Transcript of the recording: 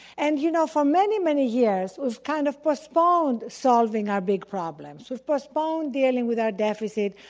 and, you know, for many, many years we've kind of postponed solving our big problems, we've postponed dealing with our deficit,